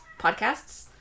podcasts